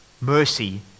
mercy